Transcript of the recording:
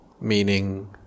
meaning